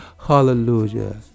hallelujah